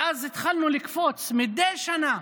ואז התחלנו לקפוץ מדי שנה?